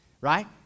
right